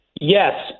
Yes